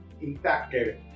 impacted